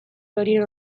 horien